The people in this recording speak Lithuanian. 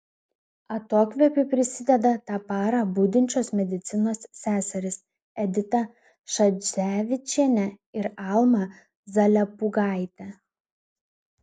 atokvėpiui prisėda tą parą budinčios medicinos seserys edita šadzevičienė ir alma zalepūgaitė